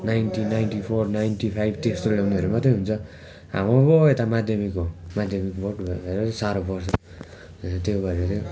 ninety ninety four ninety five त्यस्तो ल्याउनेहरू मात्रै हुन्छ हाम्रो पो यता माध्यामिक हो माध्यामिक बोर्ड भनेर साह्रो पर्छ हेर त्यो भनेर